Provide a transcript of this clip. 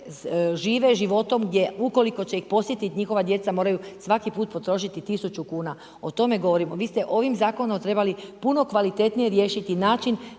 žive životom gdje ukoliko će ih posjetiti njihova djeca moraju svaki put potrošiti tisuću kuna. O tome govorimo. Vi ste ovim zakonom trebali puno kvalitetnije riješiti način